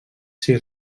sis